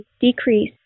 decrease